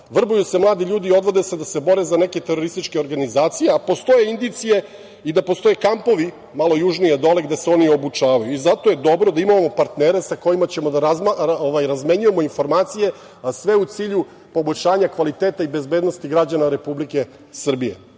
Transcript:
Vrbuju se mladi ljudi i odvode se da se bore za neke terorističke organizacije, a postoje indicije da postoje kampovi malo južnije dole gde se oni obučavaju. Zato je dobro da imamo partnere sa kojima ćemo da razmenjujemo informacije, a sve u cilju poboljšanja kvaliteta i bezbednosti građana Republike Srbije.